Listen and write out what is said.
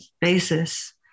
basis